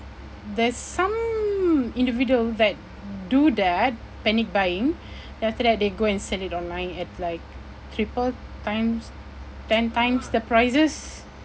there's some individual that do that panic buying then after that they go and sell it online at like triple times ten times the prices